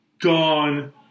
gone